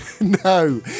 No